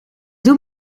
doet